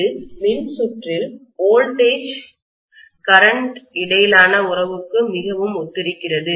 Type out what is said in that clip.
இது மின்சுற்றில் வோல்டேஜ்மின்னழுத்தத்திற்கும் கரண்ட் மின்னோட்டத்திற்கும் இடையிலான உறவுக்கு மிகவும் ஒத்திருக்கிறது